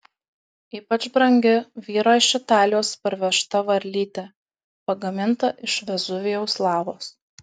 ypač brangi vyro iš italijos parvežta varlytė pagaminta iš vezuvijaus lavos